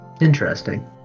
Interesting